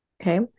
Okay